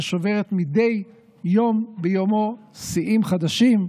ששוברת מדי יום ביומו שיאים חדשים,